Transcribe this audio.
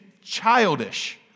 childish